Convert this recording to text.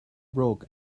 broke